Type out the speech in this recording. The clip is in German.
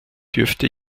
dürfte